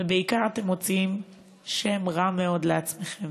ובעיקר אתם מוציאים שם רע מאוד לעצמכם.